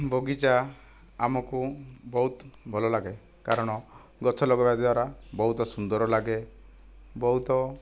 ବଗିଚା ଆମକୁ ବହୁତ ଭଲ ଲାଗେ କାରଣ ଗଛ ଲଗେଇବା ଦ୍ୱାରା ବହୁତ ସୁନ୍ଦର ଲାଗେ ବହୁତ